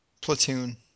Platoon